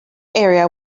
area